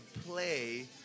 play